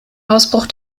ausbruch